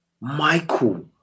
Michael